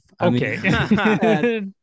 Okay